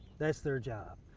that's their job.